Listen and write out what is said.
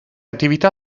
attività